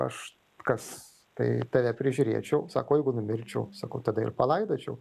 aš kas tai tave prižiūrėčiau sako o jeigu numirčiau sakau tada ir palaidočiau